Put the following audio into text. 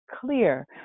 clear